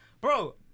bro